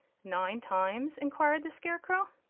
nine times? enquired the scarecrow.